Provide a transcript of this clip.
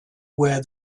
where